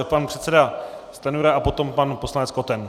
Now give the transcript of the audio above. Pan předseda Stanjura a potom pan poslanec Koten.